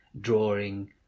drawing